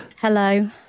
Hello